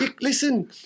Listen